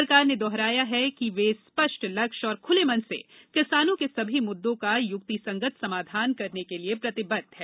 सरकार ने दोहराया है कि वह स्पष्ट लक्ष्य और खुले मन से किसानों के सभी मुद्दों का युक्तिसंगत समाधान करने के लिए प्रतिबद्व है